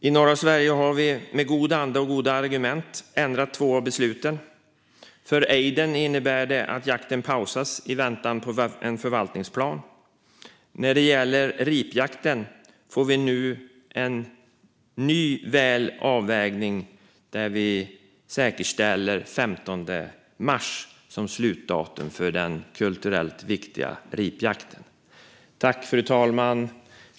I norra Sverige har vi med god anda och goda argument ändrat två av besluten: För ejdern innebär det att jakten pausas i väntan på en förvaltningsplan, och när det gäller den kulturellt viktiga ripjakten får vi nu en ny, välavvägd lösning där vi säkerställer den 15 mars som slutdatum. Fru talman!